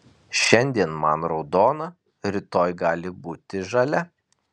šiandien man raudona rytoj gali būti žalia